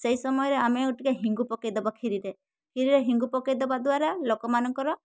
ସେଇ ସମୟରେ ଆମେ ଟିକେ ହେଙ୍ଗୁ ପକେଇ ଦବା କ୍ଷୀରିରେ କ୍ଷୀରିରେ ହେଙ୍ଗୁ ପକେଇ ଦବା ଦ୍ୱାରା ଲୋକମାନଙ୍କର